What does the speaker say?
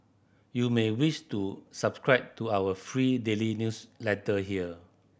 you may wish to subscribe to our free daily newsletter here